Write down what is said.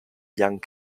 young